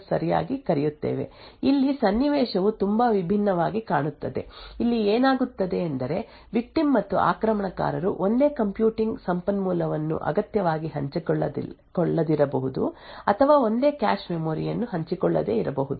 ಆದ್ದರಿಂದ ಈಗ ನಾವು ಆಂತರಿಕ ಕೊಲಿಷನ್ ದಾಳಿಗಳನ್ನು ನೋಡುತ್ತೇವೆ ಅಥವಾ ಸಮಯ ಚಾಲಿತ ದಾಳಿ ಎಂದು ಸರಿಯಾಗಿ ಕರೆಯುತ್ತೇವೆ ಇಲ್ಲಿ ಸನ್ನಿವೇಶವು ತುಂಬಾ ವಿಭಿನ್ನವಾಗಿ ಕಾಣುತ್ತದೆ ಇಲ್ಲಿ ಏನಾಗುತ್ತದೆ ಎಂದರೆ ವಿಕ್ಟಿಮ್ ಮತ್ತು ಆಕ್ರಮಣಕಾರರು ಒಂದೇ ಕಂಪ್ಯೂಟಿಂಗ್ ಸಂಪನ್ಮೂಲವನ್ನು ಅಗತ್ಯವಾಗಿ ಹಂಚಿಕೊಳ್ಳದಿರಬಹುದು ಅಥವಾ ಒಂದೇ ಕ್ಯಾಶ್ ವನ್ನು ಹಂಚಿಕೊಳ್ಳದೇ ಇರಬಹುದು